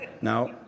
Now